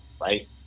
right